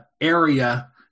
area